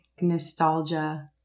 nostalgia